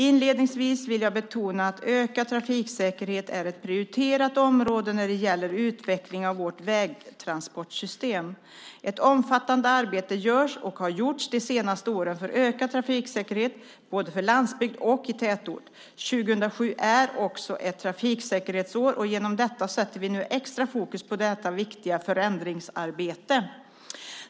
Inledningsvis vill jag betona att ökad trafiksäkerhet är ett prioriterat område när det gäller utvecklingen av vårt vägtransportsystem. Ett omfattande arbete görs och har gjorts de senaste åren för ökad trafiksäkerhet - både på landsbygd och i tätort. 2007 är också ett trafiksäkerhetsår och genom detta sätter vi nu extra fokus på detta viktiga förändringsarbete.